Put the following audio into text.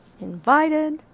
invited